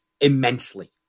immensely